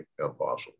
impossible